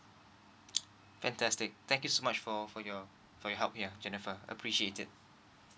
fantastic thank you so much for for your for your help here jennifer appreciated